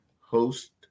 host